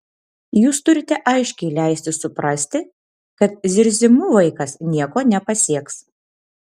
jūs turite aiškiai leisti suprasti kad zirzimu vaikas nieko nepasieks